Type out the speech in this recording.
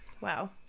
Wow